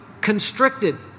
constricted